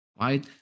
right